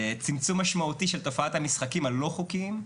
צמצום משמעותי של תופעת המשחקים הלא חוקיים,